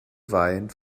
weint